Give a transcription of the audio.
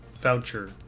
voucher